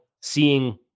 seeing